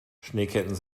schneeketten